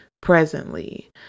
presently